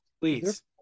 Please